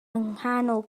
nghanol